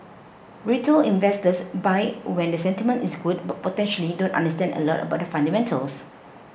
retail investors buy when the sentiment is good but potentially don't understand a lot about the fundamentals